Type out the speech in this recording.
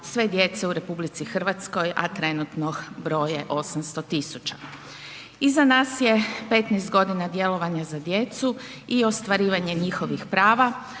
sve djece u RH a trenutno broj je 800 tisuća. Iza nas je 15 godina djelovanja za djecu i ostvarivanje njihovih prava